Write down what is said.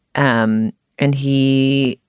um and he